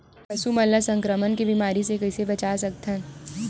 पशु मन ला संक्रमण के बीमारी से कइसे बचा सकथन?